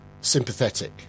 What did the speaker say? sympathetic